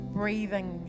breathing